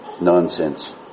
nonsense